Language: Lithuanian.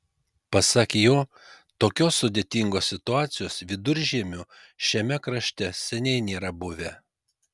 pasak jo tokios sudėtingos situacijos viduržiemiu šiame krašte seniai nėra buvę